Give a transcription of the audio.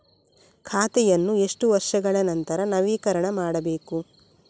ಖಾತೆಯನ್ನು ಎಷ್ಟು ವರ್ಷಗಳ ನಂತರ ನವೀಕರಣ ಮಾಡಬೇಕು?